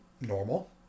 normal